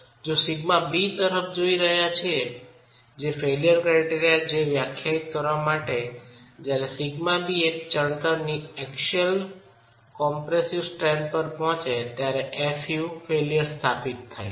જો σb તરફ જોઈ રહયા છીએ જે ફેઇલ્યર ક્રાયટેરિયા છે જે વ્યાખ્યાયિત કરવા માટે છે જ્યારે σb એક ચણતર ની એક્સિયલલ કોમ્પ્રેસ્સિવે સ્ટ્રેન્થ પર પહોંચે ત્યારે fu ફેઇલ્યર પ્રસ્થાપિત કરે છે